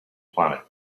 planet